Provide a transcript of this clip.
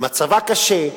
מצבה קשה,